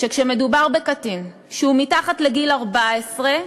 שכשמדובר בקטין שהוא מתחת לגיל 14,